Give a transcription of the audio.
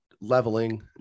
leveling